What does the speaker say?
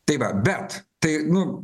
tai va bet tai nu